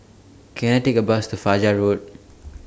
Can I Take A Bus to Fajar Road